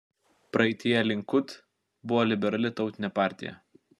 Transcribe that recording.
praeityje likud buvo liberali tautinė partija